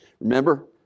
Remember